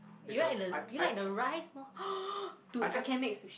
you like the you like the rice more to I can make sushi